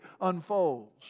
unfolds